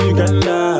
Uganda